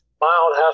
mild